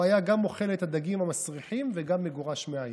הוא היה גם אוכל את הדגים המסריחים וגם מגורש מהעיר,